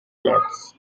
cloths